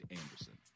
anderson